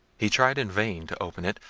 he tried in vain to open it,